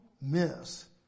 miss